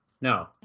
No